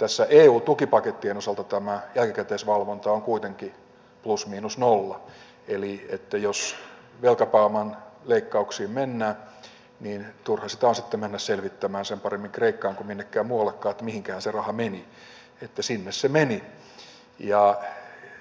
näiden eu tukipakettien osalta tämä jälkikäteisvalvonta on kuitenkin plus miinus nolla eli jos velkapääoman leikkauksiin mennään niin turha sitä on sitten mennä selvittämään sen paremmin kreikkaan kuin minnekään muuallekaan että mihinköhän se raha meni että sinne se meni